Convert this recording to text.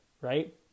right